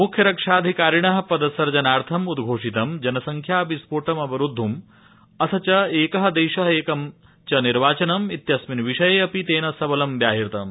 मुख्यरक्षाधिकारिण पदसर्जनार्थम् उद्घोषितम् जनसंख्या विस्फो म् अवरोद्धम् अथ च एक देश एकं च निर्वाचनंम् इत्यस्मिन् विषयेऽपि तेन सबलं व्याह्यतम्